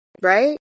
Right